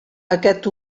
aquest